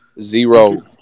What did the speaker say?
Zero